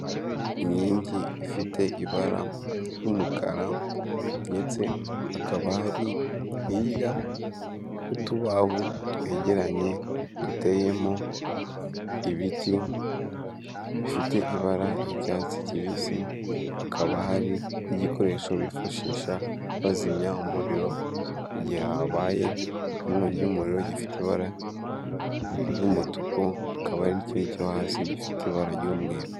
Inkingi ifite ibara ry'umukara, ndetse hakaba hari hirya utubaho twegeranye duteyemo ibiti bifite ibara ry'icyatsi kibisi; hakaba hari n'igikoresho bifashisha bazimya umuriro igihe habaye inkongi y'umuriro gifite ibara ry'umutuku, hakaba hari n'ikindi cyo hasi gifite ibara ry'umweru.